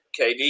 KD